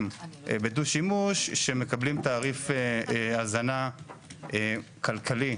בדו-שימוש שמקבלים תעריף הזנה כלכלי,